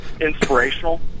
inspirational